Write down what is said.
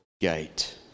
gate